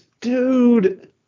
Dude